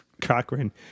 Cochrane